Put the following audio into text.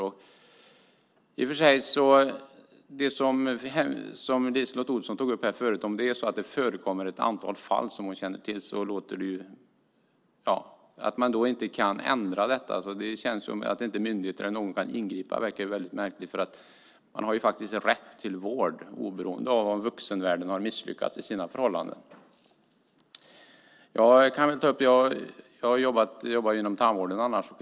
Att det förekommer ett antal fall - som LiseLotte Olsson här tog upp och som hon känner till - där det inte går att få till stånd en ändring, alltså att myndigheter eller andra inte kan ingripa, verkar väldigt märkligt. Man har faktiskt rätt till vård, oberoende av om de i vuxenvärlden misslyckats i sina förhållanden. Jag jobbar annars inom tandvården.